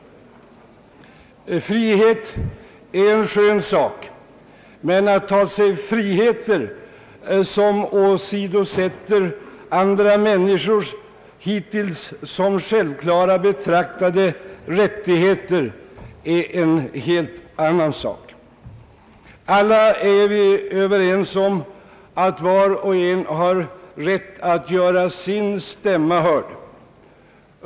Frihet är en skön sak. Men att ta sig friheter som åsidosätter andra människors hittills som självklara betraktade rättigheter är en helt annan sak. Alla är vi överens om att var och en har rätt att göra sin stämma hörd.